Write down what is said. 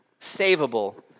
savable